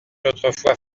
autrefois